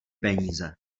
peníze